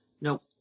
nope